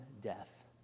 death